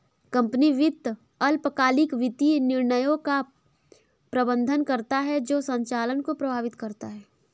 company वित्त अल्पकालिक वित्तीय निर्णयों का प्रबंधन करता है जो संचालन को प्रभावित करता है